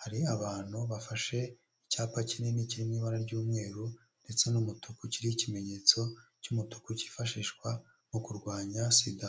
hari abantu bafashe icyapa kinini kiri mu ibara ry'umweru ndetse n'umutuku kiriho ikimenyetso cy'umutuku cyifashishwa mu kurwanya sida.